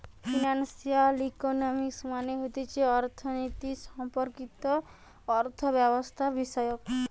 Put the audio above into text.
financial economics মানে হতিছে অর্থনীতি সম্পর্কিত অর্থব্যবস্থাবিষয়ক